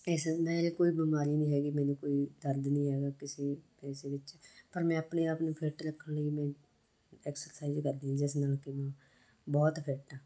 ਇਸ ਮੈਂ ਜੇ ਕੋਈ ਬਿਮਾਰੀ ਨਹੀਂ ਹੈਗੀ ਮੈਨੂੰ ਕੋਈ ਦਰਦ ਨਹੀਂ ਹੈਗਾ ਕਿਸੇ ਹਿੱਸੇ ਵਿੱਚ ਪਰ ਮੈਂ ਆਪਣੇ ਆਪ ਨੂੰ ਫਿਟ ਰੱਖਣ ਲਈ ਮੈਂ ਐਕਸਰਸਾਈਜ ਕਰਦੀ ਹਾਂ ਜਿਸ ਨਾਲ ਕਿ ਮੈਂ ਬਹੁਤ ਫਿਟ ਹਾਂ